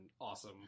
awesome